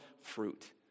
fruit